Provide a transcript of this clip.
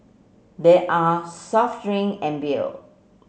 there are soft drink and beer